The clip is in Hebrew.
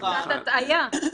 זו קצת הטעיה.